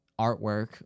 artwork